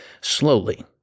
slowly